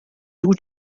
two